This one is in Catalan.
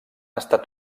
estat